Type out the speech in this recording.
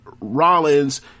Rollins